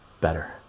better